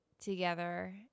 together